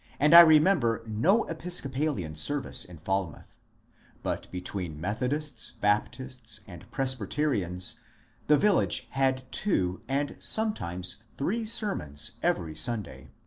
and i remember no episcopalian service in falmouth but between methodists, baptists, and presbyterians the village had two and sometimes three sermons every sunday.